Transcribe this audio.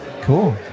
Cool